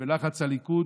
ובלחץ הליכוד,